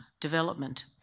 development